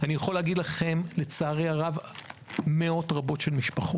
הסבים והסבתות יכולים לתת לנכדים הרבה יותר בסיטואציות מסוימות